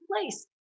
place